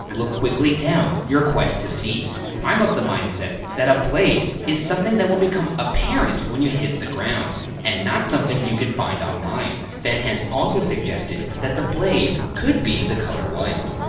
look quickly down, your quest to cease. i'm of the mindset that a blaze is something that will become apparent when you hit the ground and not something you can find online. fenn has also suggested that the blaze could be the color white.